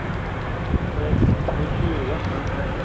ꯑꯁ ꯍꯣꯏ ꯗꯨꯁꯨ ꯌꯥꯝ ꯐꯔꯛ ꯇꯥꯏ